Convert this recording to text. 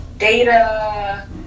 data